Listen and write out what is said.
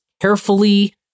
carefully